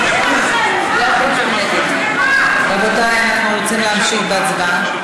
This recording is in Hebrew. נגד רבותי, אנחנו רוצים להמשיך בהצבעה.